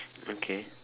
okay